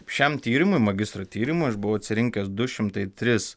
šiam tyrimui magistro tyrimui aš buvau atsirinkęs du šimtai tris